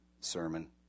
sermon